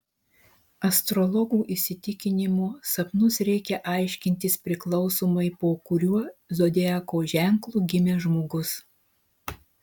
astrologų įsitikinimu sapnus reikia aiškintis priklausomai po kuriuo zodiako ženklu gimęs žmogus